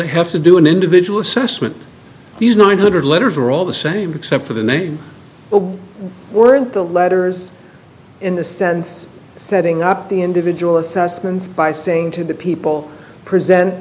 they have to do an individual assessment these nine hundred letters are all the same except for the name weren't the letters in the sense setting up the individual assessments by saying to the people present